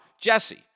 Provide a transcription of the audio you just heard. Jesse